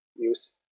Use